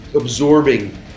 absorbing